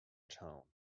town